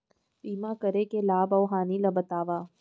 बीमा करे के लाभ अऊ हानि ला बतावव